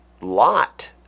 Lot